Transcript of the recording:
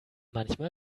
manchmal